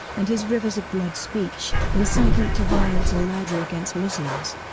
and his rivers of blood speech, incitement to violence and murder against muslims,